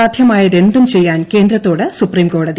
സാധൃമായതെന്തും ചെയ്യാൻ കേന്ദ്രത്തോട് സുപ്രീംകോടതി